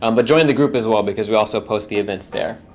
um but join the group as well, because we also post the events there.